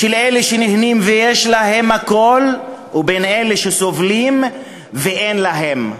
של אלה שנהנים ויש להם הכול ואלה שסובלים ואין להם.